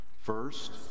First